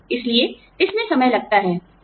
इसलिए इसमें समय लगता है